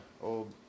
old